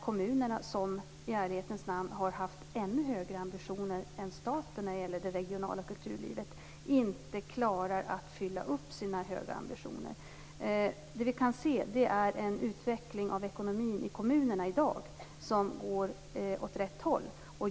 Kommunerna har i ärlighetens namn haft ännu större ambitioner än staten när det gäller det regionala kulturlivet, men de har inte klarat att nå upp till sina höga ambitioner. I dag kan vi se en utveckling av ekonomin i kommunerna som går åt rätt håll.